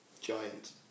giant